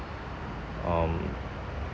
um